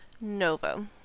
Nova